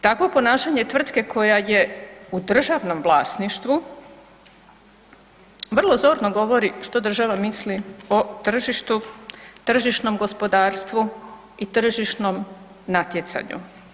Takvo ponašanje tvrtke koja je u državnom vlasništvu vrlo zorno govori što država misli o tržištu, tržišnom gospodarstvu i tržišnom natjecanju.